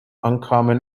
uncommon